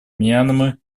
мьянмы